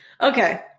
Okay